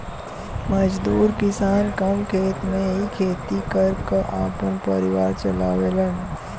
मजदूर किसान कम खेत में ही खेती कर क आपन परिवार चलावलन